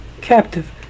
captive